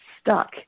stuck